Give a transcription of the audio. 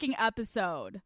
episode